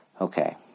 Okay